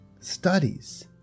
studies